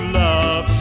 love